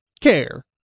care